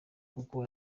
kuko